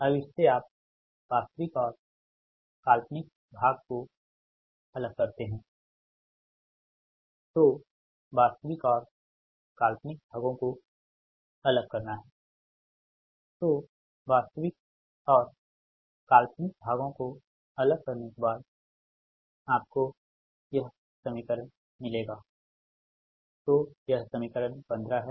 अब इससे आप वास्तविक और काल्पनिक भाग को अलग करते हैं तो वास्तविक और काल्पनिक भागों को अलग करना तो यह समीकरण 15 है और यह समीकरण 16 है